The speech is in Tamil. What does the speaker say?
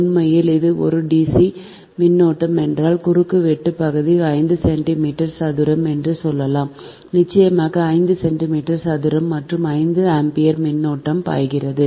உண்மையில் இது ஒரு dc மின்னோட்டம் என்றால் குறுக்கு வெட்டு பகுதி 5 சென்டிமீட்டர் சதுரம் என்று சொல்லலாம் நிச்சயமாக 5 சென்டிமீட்டர் சதுரம் மற்றும் 5 ஆம்பியர் மின்னோட்டம் பாய்கிறது